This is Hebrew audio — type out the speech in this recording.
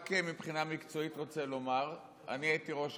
אני רוצה לומר רק מבחינה מקצועית: הייתי ראש